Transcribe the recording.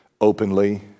openly